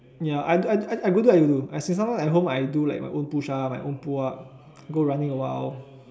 ya I I I I go do I go do sometimes at home I do my own push ups my own pull ups go running awhile